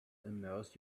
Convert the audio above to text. immerse